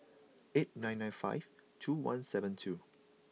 eight nine nine five two one seven two